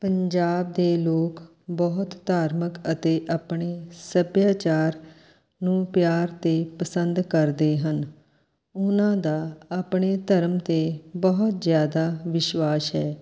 ਪੰਜਾਬ ਦੇ ਲੋਕ ਬਹੁਤ ਧਾਰਮਕ ਅਤੇ ਆਪਣੇ ਸੱਭਿਆਚਾਰ ਨੂੰ ਪਿਆਰ ਅਤੇ ਪਸੰਦ ਕਰਦੇ ਹਨ ਉਹਨਾਂ ਦਾ ਆਪਣੇ ਧਰਮ 'ਤੇ ਬਹੁਤ ਜ਼ਿਆਦਾ ਵਿਸ਼ਵਾਸ ਹੈ